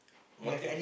one thing